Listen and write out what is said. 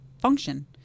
function